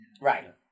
Right